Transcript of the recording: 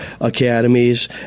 academies